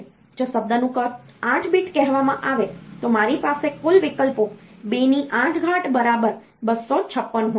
જો શબ્દનું કદ 8 બીટ કહેવામાં આવે તો મારી પાસે કુલ વિકલ્પો 28 બરાબર 256 હોય છે